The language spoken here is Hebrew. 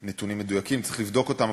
אלה נתונים מדויקים, צריך לבדוק אותם.